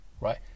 right